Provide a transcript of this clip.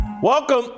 Welcome